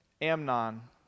Amnon